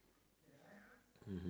mmhmm